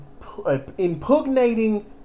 impugnating